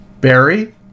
Barry